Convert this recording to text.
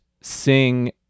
sing